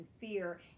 fear